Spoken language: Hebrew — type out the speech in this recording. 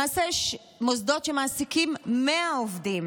למעשה, איך מוסדות שמעסיקים 100 עובדים